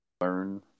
learn